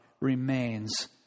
Remains